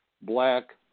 black